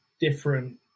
different